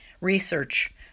research